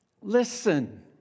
Listen